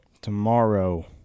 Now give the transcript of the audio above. Tomorrow